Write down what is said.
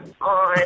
on